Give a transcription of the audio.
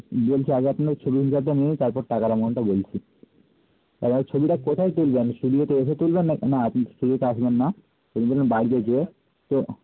বলছি আগে আপনাদের ছবির হিসাবটা নিই তারপর টাকার অ্যামাউন্টটা বলছি ছবিটা কোথায় তুলবেন স্টুডিওতে এসে তুলবেন না না আপনি স্টুডিওতে আসবেন না বাড়িতে গিয়ে তো